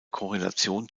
korrelation